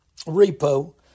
repo